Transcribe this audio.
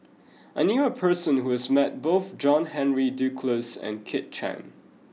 I knew a person who has met both John Henry Duclos and Kit Chan